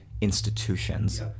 institutions